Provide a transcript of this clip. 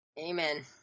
Amen